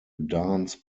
dance